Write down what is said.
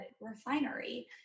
Refinery